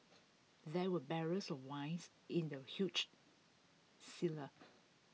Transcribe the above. there were barrels of wines in the huge cellar